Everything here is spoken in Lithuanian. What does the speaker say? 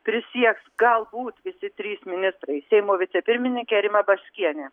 prisieks galbūt visi trys ministrai seimo vicepirmininkė rima baškienė